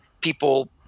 people